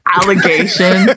Allegation